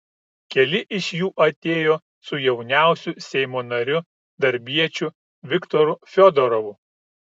keli iš jų atėjo su jauniausiu seimo nariu darbiečiu viktoru fiodorovu